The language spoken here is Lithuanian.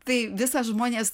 tai visa žmonės